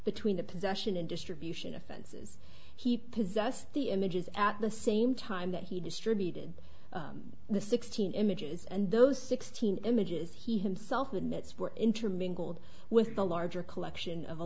between the possession and distribution offenses he possessed the images at the same time that he distributed the sixteen images and those sixteen images he himself who admits were intermingled with the larger collection of